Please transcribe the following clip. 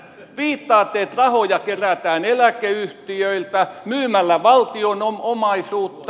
viittaatte että rahoja kerätään eläkeyhtiöiltä myymällä valtion omaisuutta